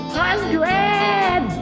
hundred